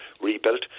rebuilt